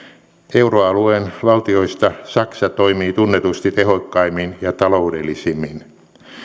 euroalueen valtioista saksa toimii tunnetusti tehokkaimmin ja taloudellisimmin